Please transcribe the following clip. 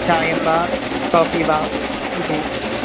चायं वा कोफ़ि वा इति